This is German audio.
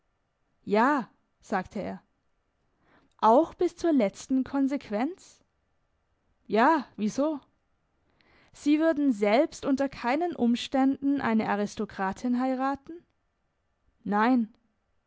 ja sagte er auch bis zur letzten konsequenz ja wie so sie würden selbst unter keinen umständen eine aristokratin heiraten nein